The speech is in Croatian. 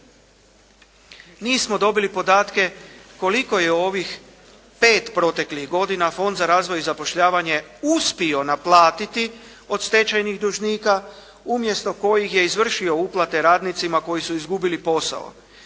Nismo dobili podatke koliko je ovih 5 proteklih godina Fond za razvoj i zapošljavanje uspio naplatiti od stečajnih dužnika umjesto kojih je izvršio uplate radnicima koji su izgubili posao.